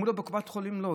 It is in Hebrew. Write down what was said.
אמרו לו בקופת חולים: לא,